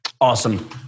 Awesome